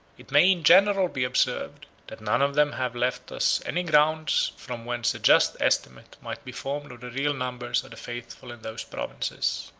it may in general be observed, that none of them have left us any grounds from whence a just estimate might be formed of the real numbers of the faithful in those provinces.